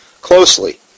closely